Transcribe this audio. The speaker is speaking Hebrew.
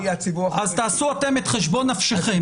אז תעשו אתם את חשבון נפשכם.